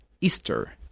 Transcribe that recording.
Easter